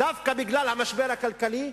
דווקא בגלל המשבר הכלכלי,